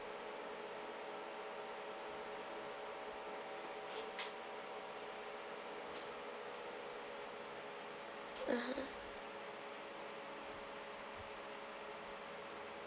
(uh huh)